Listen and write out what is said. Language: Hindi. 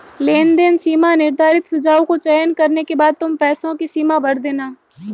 लेनदेन सीमा निर्धारित सुझाव को चयन करने के बाद तुम पैसों की सीमा भर देना